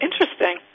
Interesting